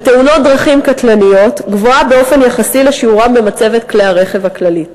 בתאונות דרכים קטלניות גבוהה באופן יחסי לשיעורם במצבת כלי הרכב הכללית.